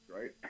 Right